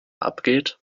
abgeht